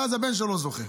ואז הבן שלו זוכה.